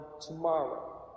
tomorrow